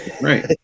Right